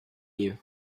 you